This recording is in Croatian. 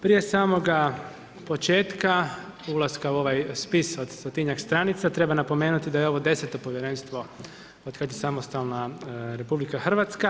Prije samoga početka, ulaska u ovaj spis od stotinjak stranica, treba napomenuti da je ovo deseto povjerenstvo od kad je samostalna RH.